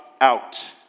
out